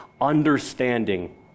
Understanding